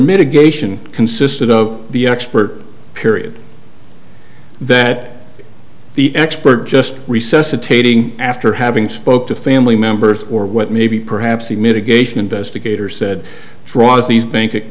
mitigation consisted of the expert period that the expert just resuscitate ing after having spoke to family members or what maybe perhaps the mitigation investigator said draws these bank